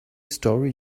story